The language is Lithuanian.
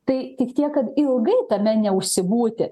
tai tik tiek kad ilgai tame neužsibūti